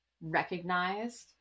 recognized